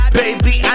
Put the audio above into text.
baby